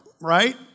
right